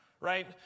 Right